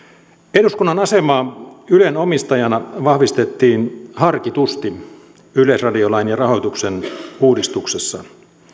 eduskunnan asemaa ylen omistajana vahvistettiin harkitusti yleisradiolain ja rahoituksen uudistuksessa